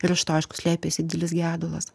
ir už to aišku slėpėsi didelis gedulas